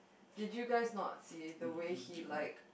did you guys not see the way he like